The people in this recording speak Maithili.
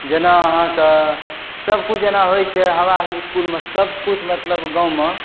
जेना अहाँके सब कुछ जेना होइ छै हमरा सबके इस्कूलमे सब कुछ मतलब गाँवमे